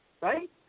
right